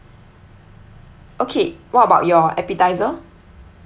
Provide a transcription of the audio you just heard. okay what about your appetiser